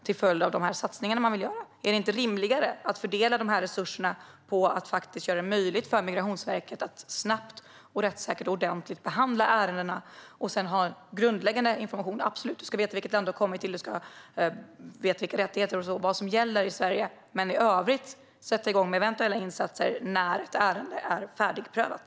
Är det inte rimligare att fördela resurserna för att göra det möjligt för Migrationsverket att snabbt, rättssäkert och ordentligt behandla ärendena? Man ska ge grundläggande information - de asylsökande ska veta vilket land de har kommit till och vad som gäller i Sverige - men i övrigt ska man sätta igång med eventuella insatser först när ett ärende är färdigprövat.